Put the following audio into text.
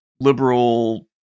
liberal